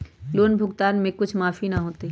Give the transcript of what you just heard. Loan भुगतान में कुछ माफी न होतई?